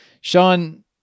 Sean